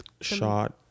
shot